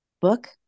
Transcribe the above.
book